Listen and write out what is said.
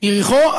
יריחו,